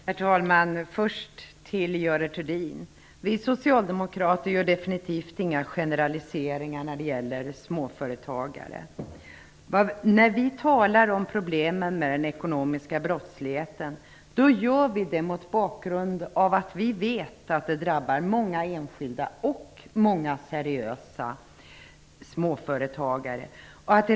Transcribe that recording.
Herr talman! Först vill jag säga till Görel Thurdin att vi socialdemokrater absolut inte gör några generaliseringar när det gäller småföretagare. När vi talar om problemen med den ekonomiska brottsligheten gör vi det mot bakgrund av att vi vet att det drabbar många enskilda och många seriösa småföretagare.